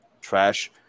trash